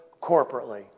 corporately